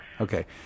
Okay